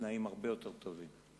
בתנאים הרבה יותר טובים.